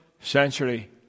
century